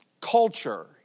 culture